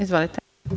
Izvolite.